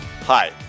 Hi